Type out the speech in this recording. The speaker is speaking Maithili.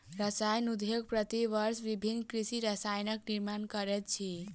रसायन उद्योग प्रति वर्ष विभिन्न कृषि रसायनक निर्माण करैत अछि